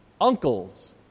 uncles